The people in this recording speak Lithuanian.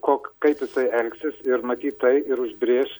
kok kaip jisai elgsis ir matyt tai ir užbrėš